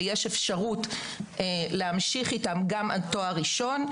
ויש אפשרות להמשיך איתן גם עד תואר ראשון,